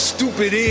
Stupid